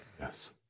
Yes